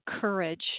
courage